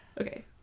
okay